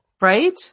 Right